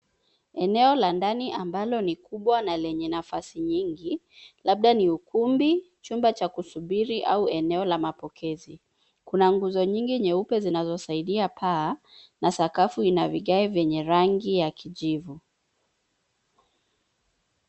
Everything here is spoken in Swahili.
Eneo la ndani ambalo ni kubwa na lenye nafasi nyingi, labda ni ukumbi, chumba cha kusubiri au eneo la mapokezi. Kuna nguzo nyingi nyeupe zinazosaidia paa na sakafu ina vigae vyenye rangi ya kijivu.